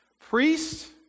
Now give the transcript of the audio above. Priests